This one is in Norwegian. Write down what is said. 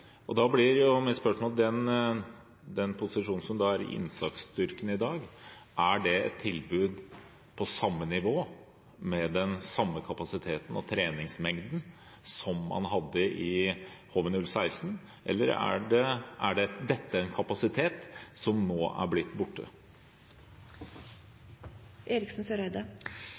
Da blir mitt spørsmål: Den posisjonen som innsatsstyrken har i dag, er det et tilbud på samme nivå, med den samme kapasiteten og treningsmengden, som man hadde i HV-016? Eller er dette en kapasitet som nå er blitt borte?